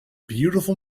beautiful